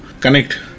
connect